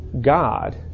God